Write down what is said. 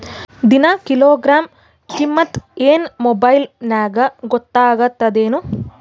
ದಿನಾ ಕಿಲೋಗ್ರಾಂ ಕಿಮ್ಮತ್ ಏನ್ ಮೊಬೈಲ್ ನ್ಯಾಗ ಗೊತ್ತಾಗತ್ತದೇನು?